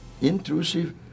Intrusive